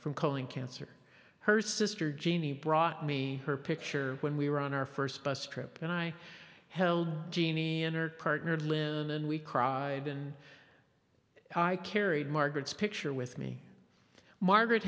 from colon cancer her sister jeannie brought me her picture when we were on our first bus trip and i held jeannie entered partner lim and we cried and i carried margaret's picture with me margaret